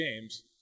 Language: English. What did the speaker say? games